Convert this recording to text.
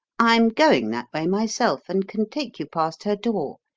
i'm going that way myself, and can take you past her door.